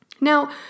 Now